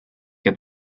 get